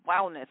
wellness